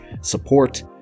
support